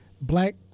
Black